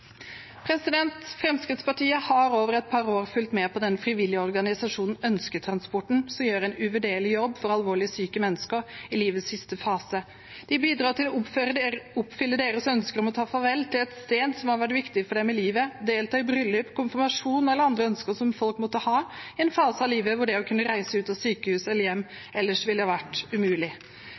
Fremskrittspartiet har over et par år fulgt med på den frivillige organisasjonen Ønsketransporten, som gjør en uvurderlig jobb for alvorlig syke mennesker i livets siste fase. De bidrar til å oppfylle deres ønsker om å ta farvel med et sted som har vært viktig for dem i livet, delta i bryllup, konfirmasjon eller andre ønsker som folk måtte ha i en fase av livet hvor det å kunne reise ut av sykehus eller hjem ellers ville vært umulig.